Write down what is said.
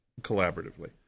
collaboratively